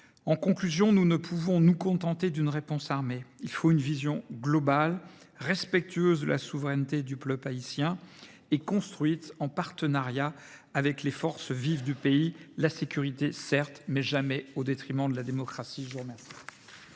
En conclusion, nous ne pouvons nous contenter d’une réponse armée. Il faut une vision globale, respectueuse de la souveraineté du peuple haïtien et construite en partenariat avec les forces vives du pays. La sécurité, certes, mais jamais au détriment de la démocratie ! La parole